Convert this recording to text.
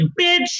bitch